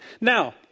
Now